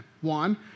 One